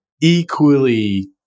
equally